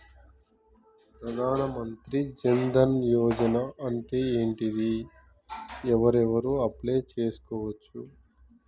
ప్రధాన మంత్రి జన్ ధన్ యోజన అంటే ఏంటిది? ఎవరెవరు అప్లయ్ చేస్కోవచ్చు?